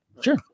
Sure